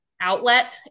outlet